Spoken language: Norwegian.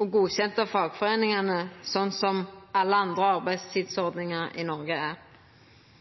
og godkjent av fagforeiningane, sånn som alle andre arbeidstidsordningar i Noreg er. Vidare vil eg påpeika at dei rapportane som er